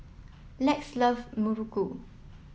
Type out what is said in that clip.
Lex loves Muruku